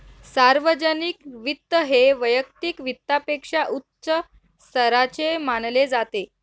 सार्वजनिक वित्त हे वैयक्तिक वित्तापेक्षा उच्च स्तराचे मानले जाते